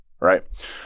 right